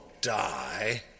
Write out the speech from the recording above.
die